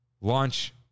Launch